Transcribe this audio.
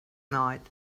night